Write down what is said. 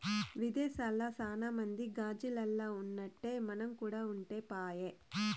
విదేశాల్ల సాన మంది గాజిల్లల్ల ఉన్నట్టే మనం కూడా ఉంటే పాయె